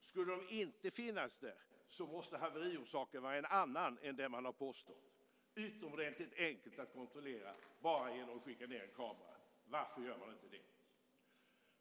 Skulle de inte finnas där måste haveriorsaken vara en annan än den man har påstått. Det är utomordentligt enkelt att kontrollera bara genom att skicka ned en kamera. Varför gör man inte det?